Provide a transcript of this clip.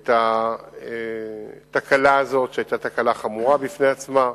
את התקלה הזו, שהיתה תקלה חמורה בפני עצמה.